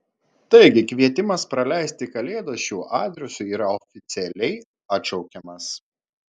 taigi kvietimas praleisti kalėdas šiuo adresu yra oficialiai atšaukiamas